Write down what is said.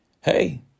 hey